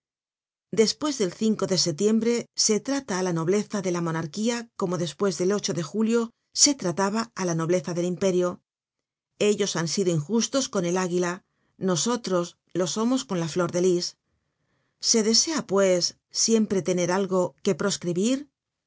despues del de setiembre se trata á la nobleza de la monarquía como despues del de julio se trataba á la nobleza del imperio ellos han sido injustos con el águila nosotros lo somos con la flor de lis se desea pues siempre tener algo que proscribir